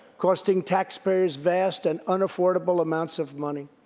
costing taxpayers vast and unaffordable amounts of money.